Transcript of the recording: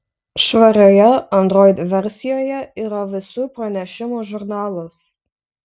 švarioje android versijoje yra visų pranešimų žurnalas